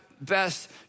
best